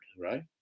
right